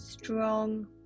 Strong